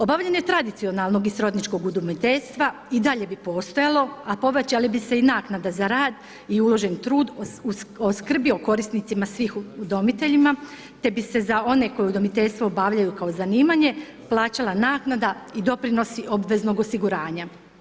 Obavljanje tradicionalnog i srodničkog udomiteljstva i dalje bi postojalo, a povećale bi se i naknade za rad i uložen trud o skrbi o korisnicima svih udomiteljima, te bi se za one koje udomiteljstvo obavljaju kao zanimanje plaćala naknada i doprinosi obveznog osiguranja.